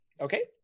Okay